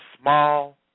small